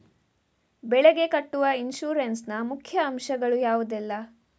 ಬೆಳೆಗೆ ಕಟ್ಟುವ ಇನ್ಸೂರೆನ್ಸ್ ನ ಮುಖ್ಯ ಅಂಶ ಗಳು ಯಾವುದೆಲ್ಲ?